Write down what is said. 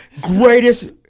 Greatest